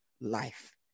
life